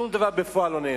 ובפועל שום דבר לא נעשה.